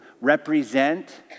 represent